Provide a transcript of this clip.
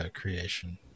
creation